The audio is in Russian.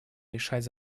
решать